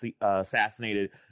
assassinated